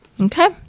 okay